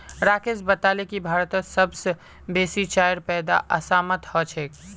राकेश बताले की भारतत सबस बेसी चाईर पैदा असामत ह छेक